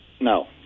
no